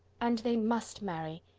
and they must marry!